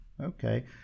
Okay